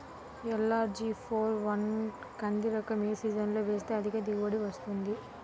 LRG four one కంది రకం ఏ సీజన్లో వేస్తె అధిక దిగుబడి వస్తుంది?